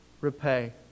repay